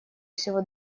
всего